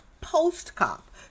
post-cop